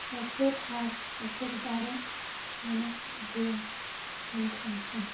ᱮᱥᱮᱨ ᱟᱨ ᱮᱥᱮᱨ ᱫᱟᱲᱮ ᱢᱮᱱᱟᱜ ᱜᱮᱭᱟ ᱤᱧ ᱴᱷᱮᱱ ᱦᱚᱸ